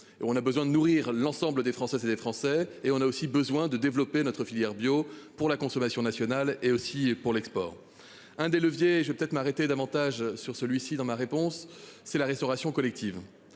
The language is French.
on a besoin de nourrir l'ensemble des Françaises et des Français et on a aussi besoin de développer notre filière bio pour la consommation nationale et aussi pour l'export un des leviers. Je vais peut-être m'arrêter davantage sur celui-ci dans ma réponse, c'est la restauration collective.